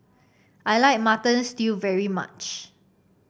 I like Mutton Stew very much